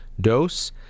dose